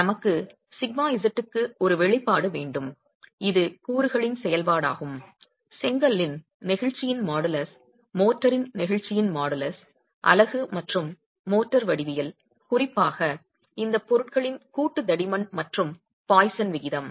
நமக்கு σz க்கு ஒரு வெளிப்பாடு வேண்டும் இது கூறுகளின் செயல்பாடாகும் செங்கலின் நெகிழ்ச்சியின் மாடுலஸ் மோர்டாரின் நெகிழ்ச்சியின் மாடுலஸ் அலகு மற்றும் மோர்டார் வடிவியல் குறிப்பாக இந்த பொருட்களின் கூட்டு தடிமன் மற்றும் பாய்சன் விகிதம்